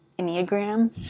Enneagram